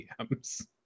DMs